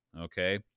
Okay